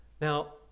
Now